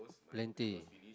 plenty